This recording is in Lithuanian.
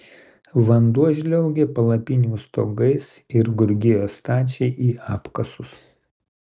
vanduo žliaugė palapinių stogais ir gurgėjo stačiai į apkasus